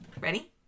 ready